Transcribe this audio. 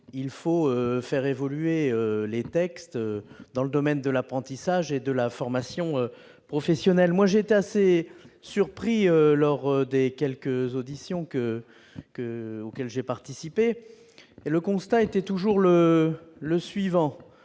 il faut faire évoluer les textes dans le domaine de l'apprentissage et de la formation professionnelle. J'étais assez surpris, lors des quelques auditions auxquelles j'ai participé, qu'on faisait toujours le même